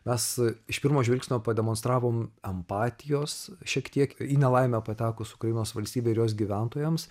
mes iš pirmo žvilgsnio pademonstravom empatijos šiek tiek į nelaimę patekus ukrainos valstybei ir jos gyventojams